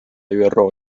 üro